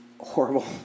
horrible